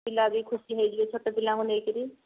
ପିଲାବି ଖୁସି ହେଇଯିବେ ଛୋଟପିଲାଙ୍କୁ ନେଇକରି